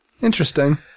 interesting